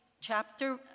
chapter